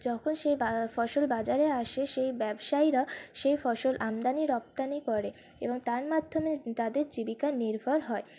যখন সেই বা ফসল বাজারে আসে সেই ব্যবসায়ীরা সেই ফসল আমদানি রপ্তানি করে এবং তার মাধ্যমে তাদের জীবিকা নির্ভর হয়